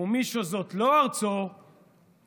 מי שזאת לא ארצו עוקר,